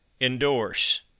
Endorse